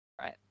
right